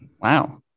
wow